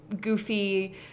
goofy